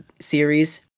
series